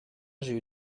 j’ai